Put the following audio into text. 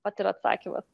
vat ir atsakymas